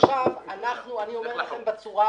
אני אומר לכם בצורה